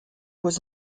was